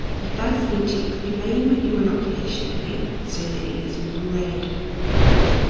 you first need to flame your inoculation loop so that it is red hot.